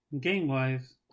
Game-wise